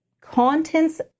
contents